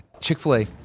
Chick-fil-A